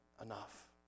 Enough